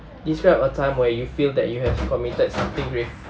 describe a time where you feel that you have committed something grave~